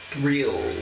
Real